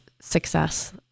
success